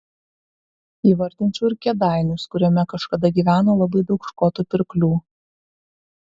įvardinčiau ir kėdainius kuriame kažkada gyveno labai daug škotų pirklių